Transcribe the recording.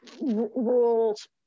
rules